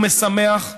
הוא משמח,